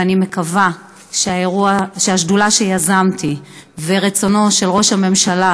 ואני מקווה שהשדולה שיזמתי ורצונו של ראש הממשלה